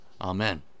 Amen